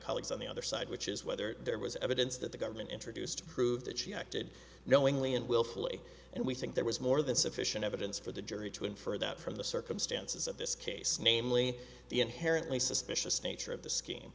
colleagues on the other side which is whether there was evidence that the government introduced prove that she acted knowingly and willfully and we think there was more than sufficient evidence for the jury to infer that from the circumstances of this case namely the inherently suspicious nature of the scheme